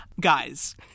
Guys